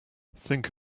think